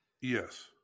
Yes